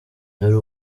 dore